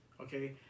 okay